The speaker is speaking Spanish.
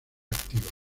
activa